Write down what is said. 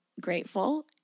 grateful